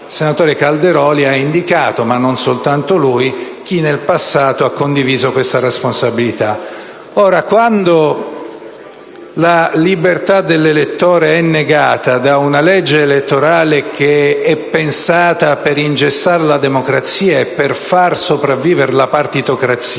il senatore Calderoli ha indicato chi nel passato - e non soltanto lui - ha condiviso la responsabilità. Quando la libertà dell'elettore è negata da una legge elettorale pensata per ingessare la democrazia e per far sopravvivere la partitocrazia,